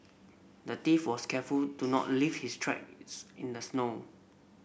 the thief was careful to not leave his tracks in the snow